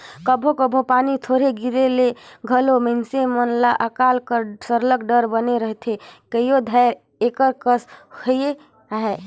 कभों कभों पानी थोरहें गिरे ले घलो मइनसे मन ल अकाल कर सरलग डर बने रहथे कइयो धाएर एकर कस होइस अहे